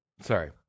sorry